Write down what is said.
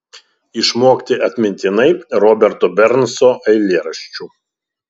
išmokti atmintinai roberto bernso eilėraščių